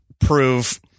prove